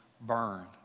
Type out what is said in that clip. burned